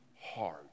hard